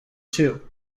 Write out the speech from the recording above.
two